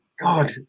God